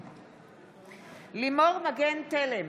בעד לימור מגן תלם,